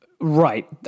Right